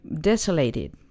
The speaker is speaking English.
desolated